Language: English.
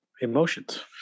emotions